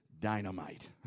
dynamite